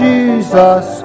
Jesus